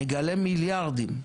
נגלה מיליארדים.